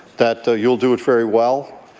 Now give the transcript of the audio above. that you'll do it very well.